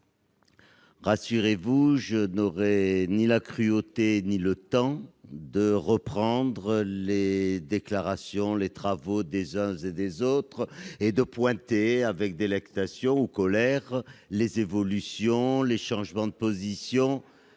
Vaspart, je n'aurai ni la cruauté ni le temps de reprendre les déclarations et travaux des uns et des autres et de mettre en avant, avec délectation ou colère, les évolutions et changements de position,